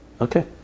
Okay